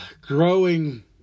growing